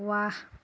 ৱাহ